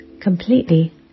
completely